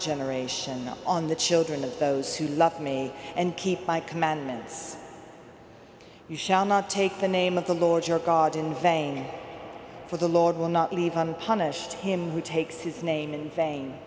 generation on the children of those who love me and keep my commandments you shall not take the name of the lord your god in vain for the lord will not leave punish him who takes his name